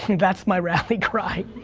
that's my rally cry,